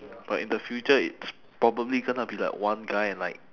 but in the future it's probably gonna be like one guy and like